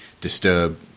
disturb